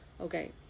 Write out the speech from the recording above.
okay